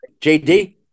JD